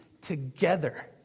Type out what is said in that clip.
together